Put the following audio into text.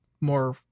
more